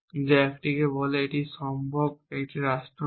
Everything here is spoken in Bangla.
যা একটিকে বলে এটি সম্ভবত একটি রাষ্ট্র নয়